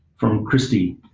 from christy,